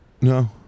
No